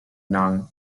non